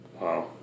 Wow